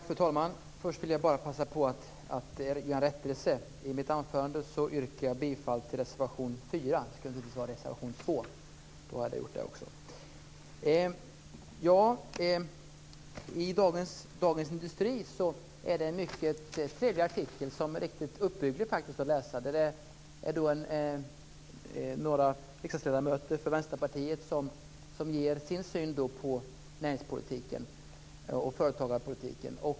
Fru talman! Först vill jag bara passa på att göra en rättelse. I mitt anförande yrkade jag bifall till reservation 4. Det ska naturligtvis vara reservation 2. Så var det gjort. I dagens nummer av Dagens Industri finns det en mycket trevlig artikel som faktiskt är riktigt uppbygglig att läsa. Det är några riksdagsledamöter från Vänsterpartiet som ger sin syn på näringspolitiken och företagarpolitiken.